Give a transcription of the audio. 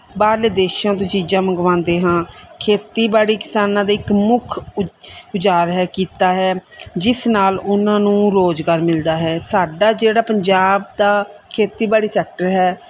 ਬਾਹਰਲੇ ਦੇਸ਼ਾਂ ਤੋਂ ਚੀਜ਼ਾਂ ਮੰਗਵਾਉਂਦੇ ਹਾਂ ਖੇਤੀਬਾੜੀ ਕਿਸਾਨਾਂ ਦੇ ਇੱਕ ਮੁੱਖ ਉ ਔਜ਼ਾਰ ਹੈ ਕਿੱਤਾ ਹੈ ਜਿਸ ਨਾਲ ਉਹਨਾਂ ਨੂੰ ਰੋਜ਼ਗਾਰ ਮਿਲਦਾ ਹੈ ਸਾਡਾ ਜਿਹੜਾ ਪੰਜਾਬ ਦਾ ਖੇਤੀਬਾੜੀ ਸੈਕਟਰ ਹੈ